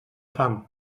fam